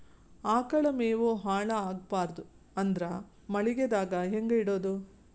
ಆಕಳ ಮೆವೊ ಹಾಳ ಆಗಬಾರದು ಅಂದ್ರ ಮಳಿಗೆದಾಗ ಹೆಂಗ ಇಡೊದೊ?